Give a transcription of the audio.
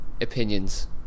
opinions